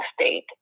state